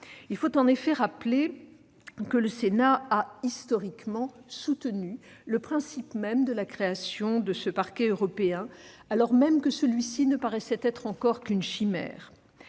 Il faut en effet rappeler que votre assemblée a historiquement soutenu le principe même de la création de ce Parquet européen, alors même que celui-ci ne paraissait être encore qu'une chimère.